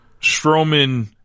Strowman